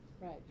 Right